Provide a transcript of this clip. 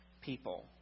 people